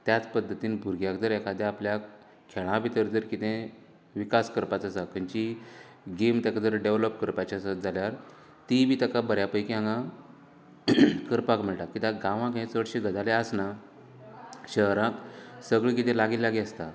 त्याच पद्दतीन भुरग्यांक जर एखादें आपल्याक खेळा भितर जर कितें विकास करपाचो आसा खंयचीय गेम तेका तर डेवलॉप करपाची आसत जाल्यार ती बी बऱ्या पैकी हांगा करपाक मेळटा कित्याक गांवांत ह्यो चडश्यो गजाली आसनात शहरांत सगळें कितें कितें लागीं लागीं आसता